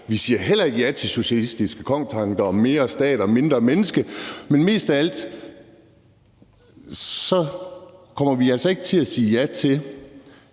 Vi siger heller ikke ja til socialistiske kongstanker om mere stat og mindre menneske. Men mest af alt kommer vi altså ikke til at sige ja til,